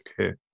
okay